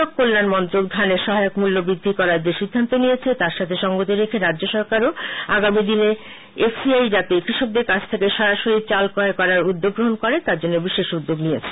কৃষিমন্ত্রী কেন্দ্রীয় কৃষি ও কৃষক কল্যাণ মন্ত্রক ধানের সহায়ক মূল্য বৃদ্ধি করার যে সিদ্ধান্ত নিয়েছে তার সঙ্গে সঙ্গতি রেখে রাজ্য সরকারও আগামী দিনে এফ সি আই যাতে কৃষকদের কাছ থেকে সরাসরি চাল ক্রয় করার উদ্যোগ গ্রহণ করে তার জন্য বিশেষ উদ্যোগ নিয়েছে